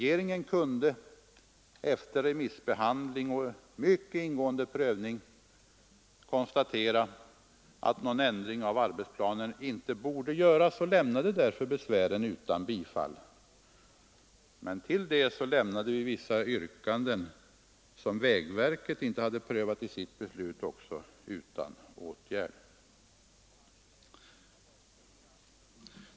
Regeringen kunde då efter remissbehandling och en mycket ingående prövning konstatera att någon ändring av arbetsplanen inte borde göras och biföll därför inte besvären. Även vissa yrkanden som vägverket inte hade prövat vid sitt beslut lämnades utan åtgärd.